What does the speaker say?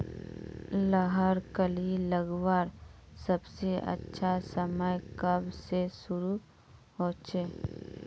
लहर कली लगवार सबसे अच्छा समय कब से शुरू होचए?